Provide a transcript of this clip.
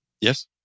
Yes